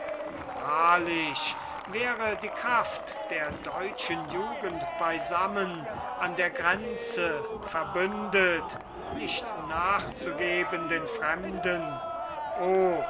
wahrlich wäre die kraft der deutschen jugend beisammen an der grenze verbündet nicht nachzugeben den fremden oh